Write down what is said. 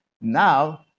now